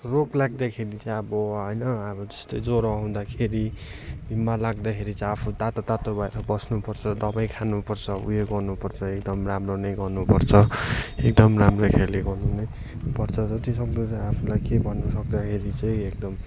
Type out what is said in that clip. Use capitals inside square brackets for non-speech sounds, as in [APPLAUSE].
रोग लाग्दाखेरि चाहिँ अब होइन अब जस्तै ज्वरो आउँदाखेरि बिमार लाग्दाखेरि चाहिँ आफू तातो तातो भएर बस्नुपर्छ दबाई खानुपर्छ उयो गर्नुपर्छ एकदम राम्रो नै गर्नुपर्छ एकदम राम्रो [UNINTELLIGIBLE] गर्नु नै पर्छ जतिसक्दो चाहिँ आफूलाई के भन्नु सक्दाखेरि चाहिँ एकदम